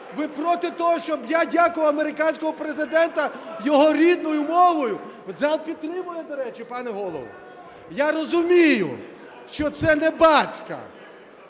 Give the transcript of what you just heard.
ви проти того, щоб я дякував американському Президенту його рідною мовою? Зал підтримує, до речі, пане Голово. Я розумію, що це не бацька,